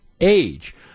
age